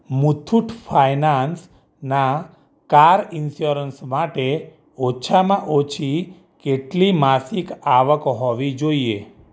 મુથૂટ ફિનાન્સના car insurance માટે ઓછામાં ઓછી કેટલી માસિક આવક હોવી જોઈએ